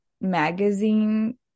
magazine